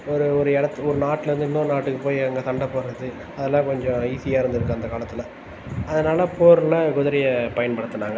ஒரு ஒரு இடத்துக்கு ஒரு நாட்லருந்து இன்னோரு நாட்டுக்கு போய் அங்கே சண்டை போடுறது அதெலாம் கொஞ்சம் ஈஸியாக இருந்துருக்கு அந்த காலத்தில் அதனால் போரில் குதிரையை பயன்படுத்துனாங்க